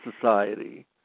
society